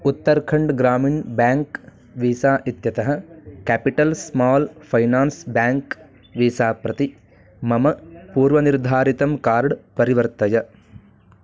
Uttarakhand Gramin bank visa इत्यतः capital small finance bank visa प्रति मम पूर्वनिर्धारितं कार्ड् परिवर्तय